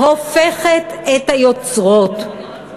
הופכת את היוצרות.